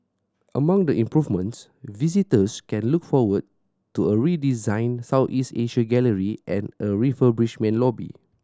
among the improvements visitors can look forward to a redesigned Southeast Asia gallery and a refurbished main lobby